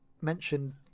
mentioned